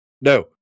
No